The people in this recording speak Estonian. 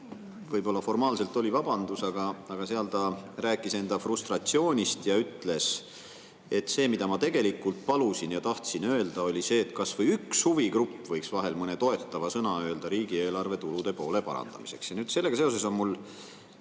võib-olla formaalselt oli vabandus, aga selles ta rääkis enda frustratsioonist ja ütles, et see, mida ta tegelikult palus ja tahtis öelda, oli see, et kas või üks huvigrupp võiks vahel mõne toetava sõna öelda riigieelarve tulude poole parandamiseks. Sellega seoses on mul